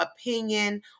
opinion